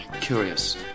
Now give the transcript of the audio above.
Curious